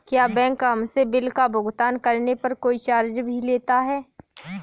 क्या बैंक हमसे बिल का भुगतान करने पर कोई चार्ज भी लेता है?